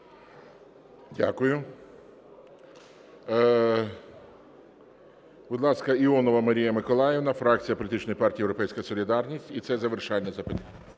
Дякую. Будь ласка, Іонова Марія Миколаївна, фракція політичної партії "Європейська солідарність". І це завершальне запитання.